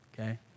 okay